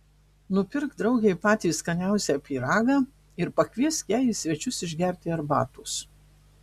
nupirk draugei patį skaniausią pyragą ir pakviesk ją į svečius išgerti arbatos